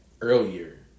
earlier